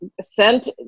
sent